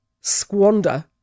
squander